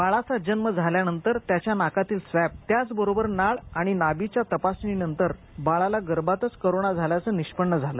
बाळाचा जन्म झाल्यानंतर त्याच्या नाकातील स्वॅब त्याचबरोबर नाळ आणि नाभीच्या तपासणीनंतर बाळाला गर्भातच कोरोना झाल्याचं निष्पन्न झालं